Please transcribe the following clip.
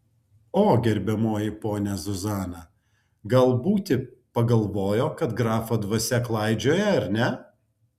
o gerbiamoji ponia zuzana gal būti pagalvojo kad grafo dvasia klaidžioja ar ne